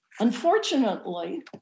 Unfortunately